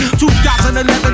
2011